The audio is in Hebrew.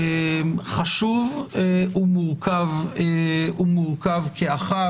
חשוב ומורכב כאחד,